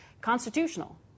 constitutional